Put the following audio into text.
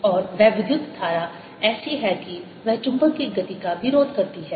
और वह विद्युत धारा ऐसी है कि वह चुंबक की गति का विरोध करती है